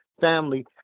family